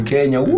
Kenya